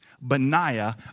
Benaiah